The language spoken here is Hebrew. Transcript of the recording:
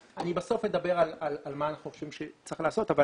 בסוף אני אומר מה אנחנו חושבים שצריך לעשות אבל